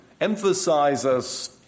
emphasizes